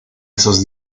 esos